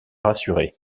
rassuré